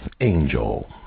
Angel